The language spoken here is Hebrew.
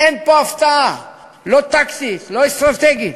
אין פה הפתעה, לא טקטית ולא אסטרטגית.